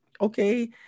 okay